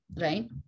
right